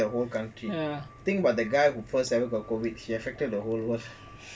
will affect the whole country think but the guy who first ever get COVID he affected the whole world